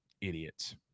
idiots